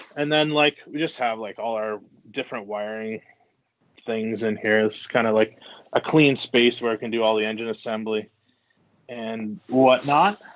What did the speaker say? and then, like we just have like all our different wiring things in here. this is kind of like a clean space, where i can do all the engine assembly and whatnot.